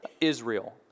Israel